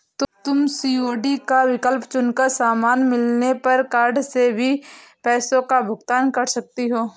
तुम सी.ओ.डी का विकल्प चुन कर सामान मिलने पर कार्ड से भी पैसों का भुगतान कर सकती हो